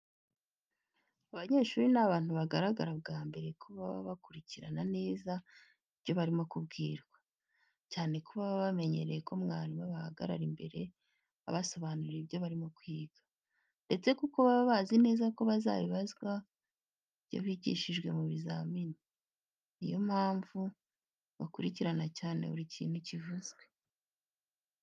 Abanyeshuri ni abantu bagaragara bwa mbere ko baba bakurikirana neza ibyo barimo kubwirwa, cyane ko baba bamenyereye ko mwarimu abahagarara imbere abasobanurira ibyo barimo kwiga, ndetse kuko baba bazi neza ko bazabazwa ibyo bigishijwe mu bizamini, niyo mpamvu bakurikirana cyane buri kintu kivuzwe.